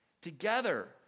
together